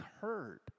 heard